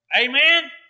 Amen